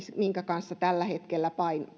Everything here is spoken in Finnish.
minkä kanssa tällä hetkellä